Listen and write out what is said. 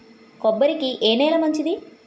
కొబ్బరి కి ఏ నేల మంచిది?